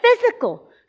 physical